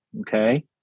Okay